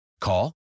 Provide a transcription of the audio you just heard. Call